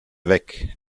weg